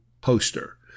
poster